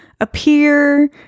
appear